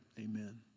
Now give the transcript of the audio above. Amen